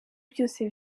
byose